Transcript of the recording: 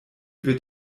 wird